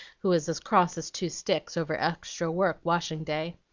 who was as cross as two sticks over extra work washing-day.